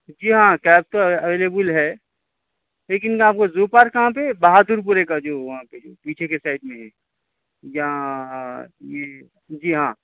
جی ہاں کیب تو ایولیبل ہے لیکن میں آپ کو زو پارک کہاں پہ بہادر پور کا جو وہاں پہ جو پیچھے کی سائڈ میں ہے جہاں یہ جی ہاں